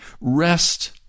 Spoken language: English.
rest